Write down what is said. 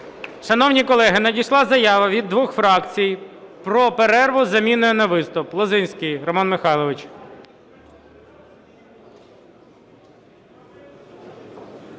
Шановні колеги, надійшла заява від двох фракцій про перерву з заміною на виступ. Лозинський Роман Михайлович.